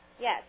yes